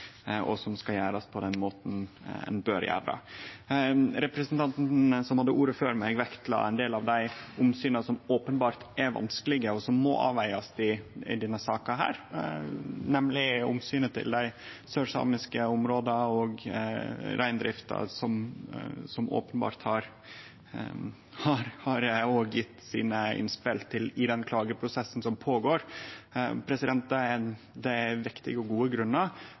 og som skal gjerast på den måten ein bør gjere det. Representanten som hadde ordet før meg, la vekt på ein del av dei omsyna som openbert er vanskelege, og som må avvegast i denne saka, nemleg omsynet til dei sørsamiske områda og reindrifta, som òg har gjeve sine innspel i den klageprosessen som føregår. Det er vektige og gode grunnar,